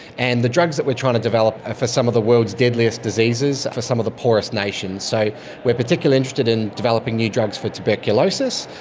and the drugs that we are trying to develop are ah for some of the world's deadliest diseases, for some of the poorest nations. so we are particularly interested in developing new drugs for tuberculosis,